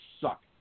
suck